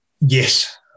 Yes